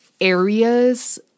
areas